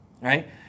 right